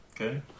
Okay